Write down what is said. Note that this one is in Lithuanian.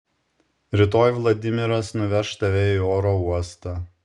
rytoj vladimiras nuveš tave į oro uostą